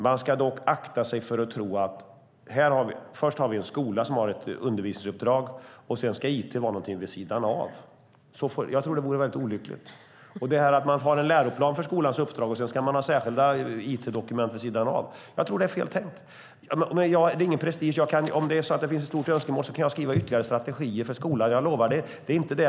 Man ska dock akta sig för att tro att vi först har en skola som har ett undervisningsuppdrag, sedan ska it vara någonting vid sidan av. Jag tror att det vore väldigt olyckligt. Att man har en läroplan för skolans uppdrag och sedan ska ha särskilda it-dokument vid sidan av tror jag är fel tänkt. Det finns ingen prestige i det, om det är så att det finns ett starkt önskemål kan jag skriva ytterligare strategier för skolan. Jag lovar det. Det är inte det.